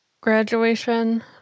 graduation